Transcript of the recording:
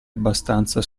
abbastanza